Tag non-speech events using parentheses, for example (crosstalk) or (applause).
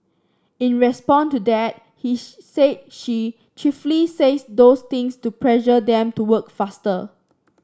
in response to that he (unintelligible) said she chiefly says those things to pressure them to work faster